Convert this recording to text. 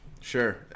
Sure